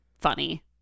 funny